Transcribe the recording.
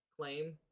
claim